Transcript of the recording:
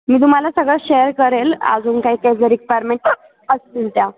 मी तुम्हाला सगळं शेअर करेन अजून काही काही ज रिक्वायरमेंट असतील त्या